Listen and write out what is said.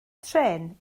trên